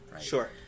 Sure